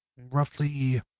roughly